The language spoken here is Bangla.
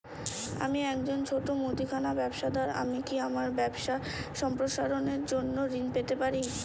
আমি একজন ছোট মুদিখানা ব্যবসাদার আমি কি আমার ব্যবসা সম্প্রসারণের জন্য ঋণ পেতে পারি?